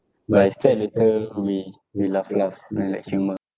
but I scared later we we laugh laugh then like humour